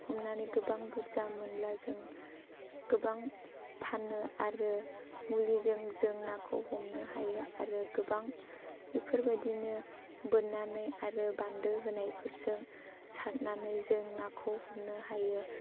हमनानै गोबां बुर्जा मोनोब्ला जों गोबां फानो आरो मुलिजों जों नाखौ हमनो हायो आरो गोबां बेफोरबायदिनो बोननानै आरो बान्दो होनायफोरजों सारनानै जों नाखौ हमनो हायो